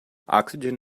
oxygen